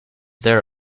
there